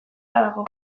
badago